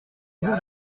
jour